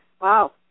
Wow